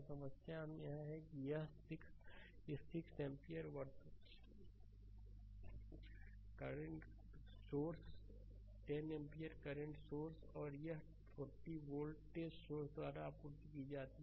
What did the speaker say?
समस्या में यह भी है कि यह 6 इस 6 एम्पीयर वर्तमान स्रोत 10 एम्पियर करंट सोर्स और यह 40 वोल्ट वोल्टेज सोर्स द्वारा आपूर्ति की जाती है